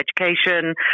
education